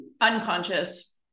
unconscious